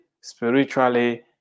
spiritually